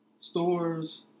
stores